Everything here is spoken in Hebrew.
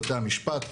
בתי המשפט.